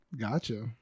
Gotcha